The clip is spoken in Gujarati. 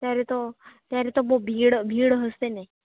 ત્યારે તો ત્યારે તો બહુ ભીડ ભીડ હશે ને